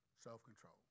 Self-control